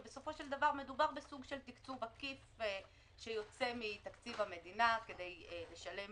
ובסופו של דבר מדובר בסוג של תקצוב עקיף שיוצא מתקצוב המדינה כדי לשלם